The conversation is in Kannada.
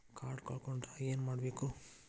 ಕಾರ್ಡ್ ಕಳ್ಕೊಂಡ್ರ ಏನ್ ಮಾಡಬೇಕು?